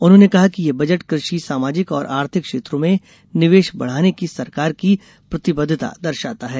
उन्होंने कहा कि यह बजट कृषि सामाजिक और आर्थिक क्षेत्रों में निवेश बढ़ाने की सरकार की प्रतिबद्धता दर्शाता है